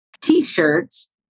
T-shirts